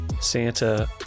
Santa